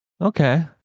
Okay